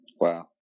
Wow